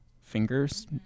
fingers